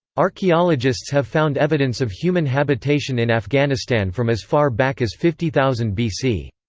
archaeologists have found evidence of human habitation in afghanistan from as far back as fifty thousand bc.